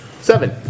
Seven